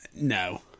No